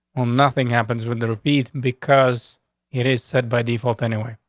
well, nothing happens with the repeat because it is said by default. anyway.